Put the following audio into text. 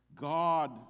God